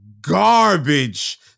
garbage